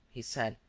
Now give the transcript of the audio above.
he said.